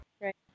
Right